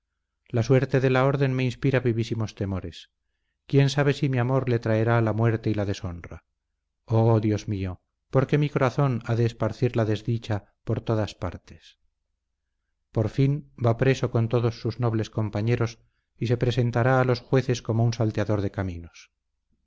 la suerte de la orden me inspira vivísimos temores quién sabe si mi amor le traerá la muerte y la deshonra oh dios mío por qué mi corazón ha de esparcir la desdicha por todas partes por fin va preso con todos sus nobles compañeros y se presentará a los jueces como un salteador de caminos